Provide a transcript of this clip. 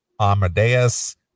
Amadeus